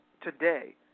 today